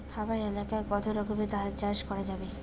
হামার এলাকায় কতো রকমের ধান চাষ করা যাবে?